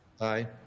Aye